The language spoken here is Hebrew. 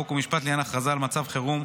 חוק ומשפט לעניין הכרזה על מצב חירום,